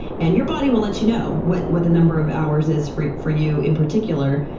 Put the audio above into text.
and your body will let you know what what the number of hours is for for you in particular,